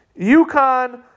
UConn